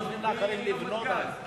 עיקר הרפורמה, נותנים לאחרים לבנות על זה.